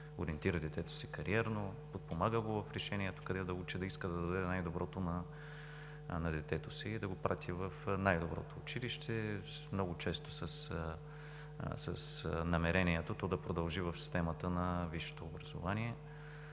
ориентира детето си кариерно, подпомага го в решението къде да учи, да иска да даде най-доброто на детето си да го прати в най-доброто училище, много често с намерението то да продължи в системата на висшето образование.